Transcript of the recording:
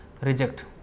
reject